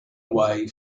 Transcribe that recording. way